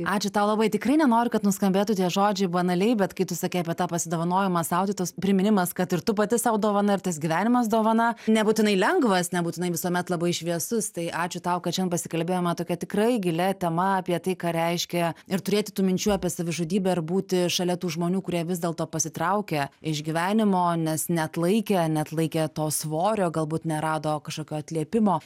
ačiū tau labai tikrai nenoriu kad nuskambėtų tie žodžiai banaliai bet kai tu sakei apie tą pasidovanojimą sau tai tos priminimas kad ir tu pati sau dovana ir tas gyvenimas dovana nebūtinai lengvas nebūtinai visuomet labai šviesus tai ačiū tau kad šian pasikalbėjome tokia tikrai gilia tema apie tai ką reiškia ir turėti tų minčių apie savižudybę ir būti šalia tų žmonių kurie vis dėlto pasitraukė iš gyvenimo nes neatlaikė neatlaikė to svorio galbūt nerado kažkokio atliepimo